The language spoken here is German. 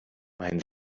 meinen